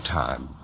time